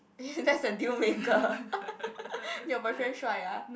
that's a deal maker your boyfriend shuai ah